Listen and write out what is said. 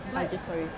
I_G story